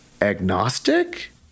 agnostic